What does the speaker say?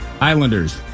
Islanders